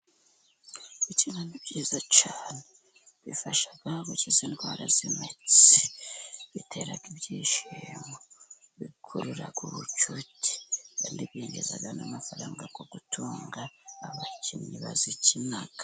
Gukina ni byiza cyane bifasha gukiza indwara z'imitsi, bitera ibyishimo, bikurura ubucuti, kandi binjiza n'amafaranga yo gutunga abakinnyi bakina.